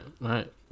right